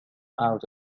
out